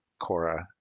Cora